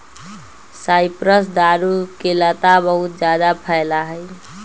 cypress दारू के लता बहुत जादा फैला हई